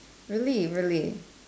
really really